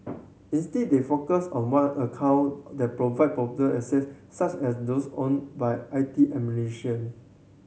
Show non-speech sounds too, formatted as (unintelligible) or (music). instead they focus on one account that provide broader access such as those owned by I T (unintelligible)